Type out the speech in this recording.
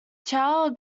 chao